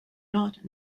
not